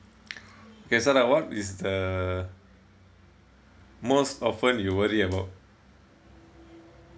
okay sala what is the most often you worry about